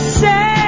say